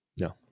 No